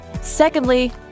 Secondly